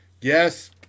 Yes